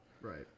Right